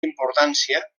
importància